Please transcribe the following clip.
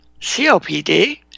COPD